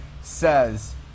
says